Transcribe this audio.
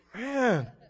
Man